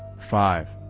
five.